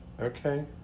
Okay